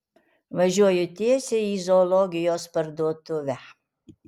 važiuoju tiesiai į zoologijos parduotuvę